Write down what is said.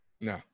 no